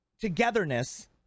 togetherness